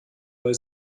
weil